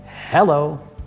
Hello